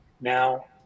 now